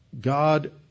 God